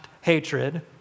hatred